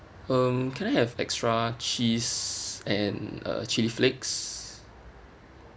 um can I have extra cheese and uh chilli flakes